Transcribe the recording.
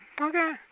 Okay